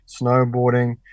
snowboarding